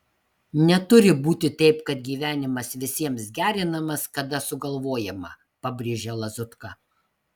neturi būti taip kad gyvenimas visiems gerinamas kada sugalvojama pabrėžia lazutka